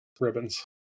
ribbons